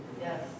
Yes